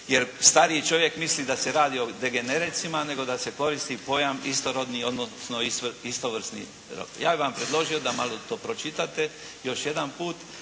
jer stariji čovjek misli da se radi o degenericima, nego da se koristi pojam "istorodni" odnosno "istovrsni". Ja bi vam predložio da malo to pročitate još jedanput.